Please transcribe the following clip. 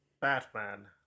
Batman